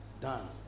done